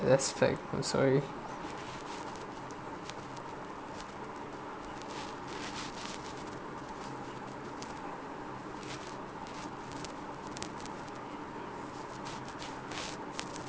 that's the fact I'm sorry